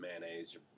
mayonnaise